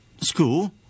school